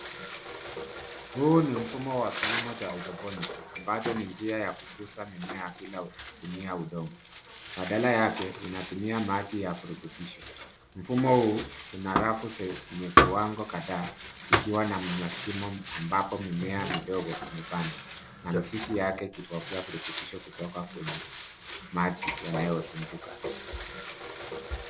Huu ni mfumo wa kilimo cha hydroponic , ambacho ni njia ya kukuza mimea bila kutumia udongo, badala yake, inatumia maji ya virutubisho. Mfumo huu, una rafu zenye viwango kadhaa, zikiwa na mashimo ambapo mimea midogo imepandwa na mzizi yake ikipokea virutubisho kutoka kwenye maji yanayozunguka.